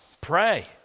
pray